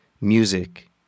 music